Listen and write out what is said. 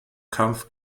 kampf